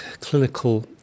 clinical